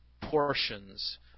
portions